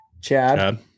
Chad